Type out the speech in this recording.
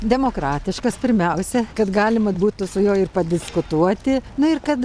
demokratiškas pirmiausia kad galima būtų su juo ir padiskutuoti na ir kad